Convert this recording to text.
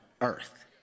earth